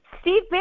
Steve